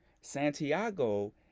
santiago